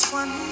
one